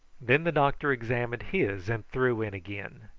then the doctor examined his and threw in again,